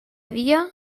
dia